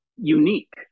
unique